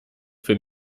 für